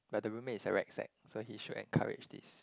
but the roommate is a rec sec so he should encourage this